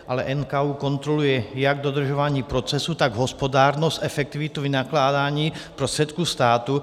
Ale NKÚ kontroluje jak dodržování procesů, tak hospodárnost, efektivitu vynakládání prostředků státu.